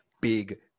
big